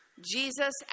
Jesus